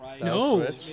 No